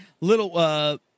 little